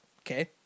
Okay